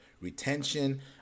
retention